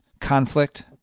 conflict